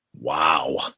Wow